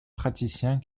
praticiens